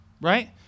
right